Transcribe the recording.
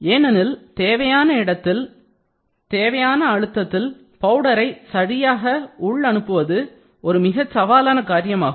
ஏனெனில் தேவையான இடத்தில் தேவையான அழுத்தத்தில் பவுடரை சரியாக உள்அனுப்புவது ஒரு மிகச் சவாலான காரியமாகும்